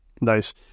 Nice